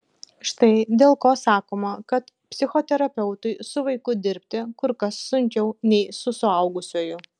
štai dėl ko sakoma kad psichoterapeutui su vaiku dirbti kur kas sunkiau nei su suaugusiuoju